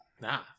Nah